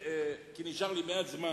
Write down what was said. כי נשאר לי מעט זמן,